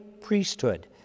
priesthood